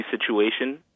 situation